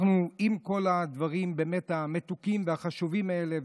עם כל הדברים המתוקים והחשובים האלה,